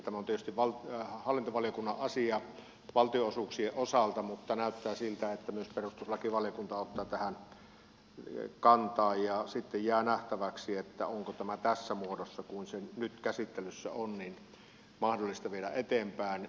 tämä on tietysti hallintovaliokunnan asia valtionosuuksien osalta mutta näyttää siltä että myös perustuslakivaliokunta ottaa tähän kantaa ja sitten jää nähtäväksi onko tämä mahdollista viedä eteenpäin tässä muodossa kuin missä se nyt käsittelyssä on